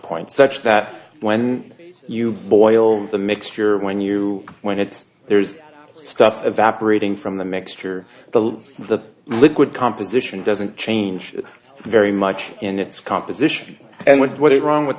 point such that when you boil the mixture when you when it's there is stuff evaporating from the mixture the the liquid composition doesn't change very much in its composition and when what is wrong with